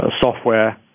software